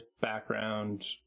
background